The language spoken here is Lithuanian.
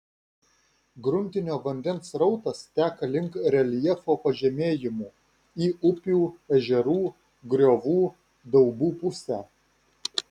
gruntinio vandens srautas teka link reljefo pažemėjimų į upių ežerų griovų daubų pusę